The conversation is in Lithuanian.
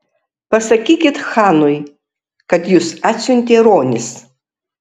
pasakykit chanui kad jus atsiuntė ronis